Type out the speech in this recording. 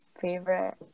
favorite